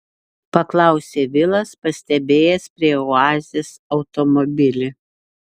paklausė vilas pastebėjęs prie oazės automobilį